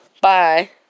Bye